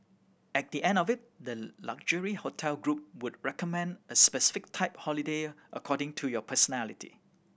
at the end of it the luxury hotel group would recommend a specific type holiday according to your personality